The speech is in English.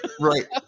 Right